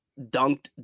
dunked